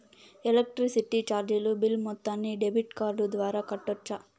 Electricity చార్జీలు bill మొత్తాన్ని debit card ద్వారా కట్టొచ్చా?